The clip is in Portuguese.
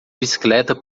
bicicleta